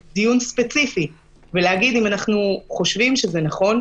ספציפי ולהגיד אם אנחנו חושבים שזה נכון.